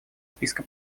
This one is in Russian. списка